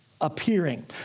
appearing